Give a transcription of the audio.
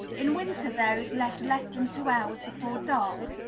in winter there is left less than two hours before dark.